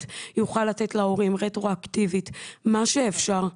יוכל לתת להורים רטרואקטיבית מה שאפשר.